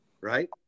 Right